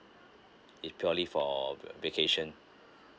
it's purely for vacation